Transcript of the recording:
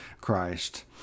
Christ